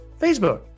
Facebook